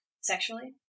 sexually